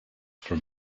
from